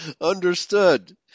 understood